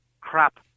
crap